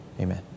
Amen